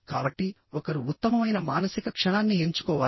కాబట్టి ఒకరు ఉత్తమమైన మానసిక క్షణాన్ని ఎంచుకోవాలి